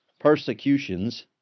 persecutions